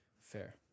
Fair